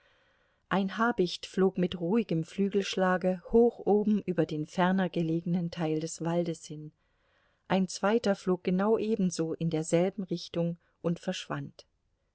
ein habicht flog mit ruhigem flügelschlage hoch oben über den ferner gelegenen teil des waldes hin ein zweiter flog genau ebenso in derselben richtung und verschwand